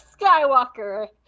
Skywalker